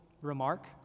remark